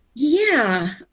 yeah,